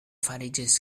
fariĝis